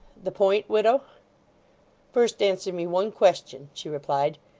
the point, widow first answer me one question she replied.